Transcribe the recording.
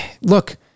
look